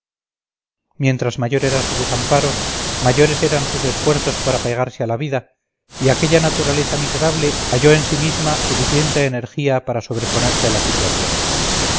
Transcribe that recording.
mientras mayor era su desamparo mayores eran sus esfuerzos por apegarse a la vida y aquella naturaleza miserable halló en sí misma suficiente energía para sobreponerse a la situación